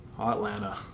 Atlanta